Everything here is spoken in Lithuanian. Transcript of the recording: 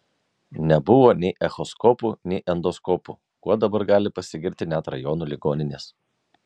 nebuvo nei echoskopų nei endoskopų kuo dabar gali pasigirti net rajonų ligoninės